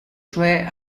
cioè